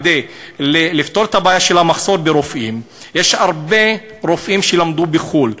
כדי לפתור את הבעיה של המחסור ברופאים יש הרבה רופאים שלמדו בחו"ל,